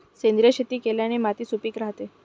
सेंद्रिय शेती केल्याने माती सुपीक राहते